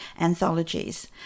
anthologies